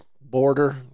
border